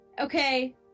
okay